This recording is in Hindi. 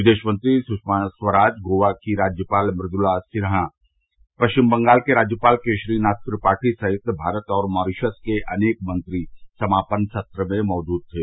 विदेशमंत्री सुषमा स्वराज गोवा की राज्यपाल मुदुला सिन्हा पश्चिम बंगाल के राज्यपाल केरारी नाथ त्रिपाठी सहित भारत और मॉरीशस के अनेक मंत्री समापन सत्र में मौजूद थे